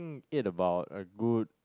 ate about a good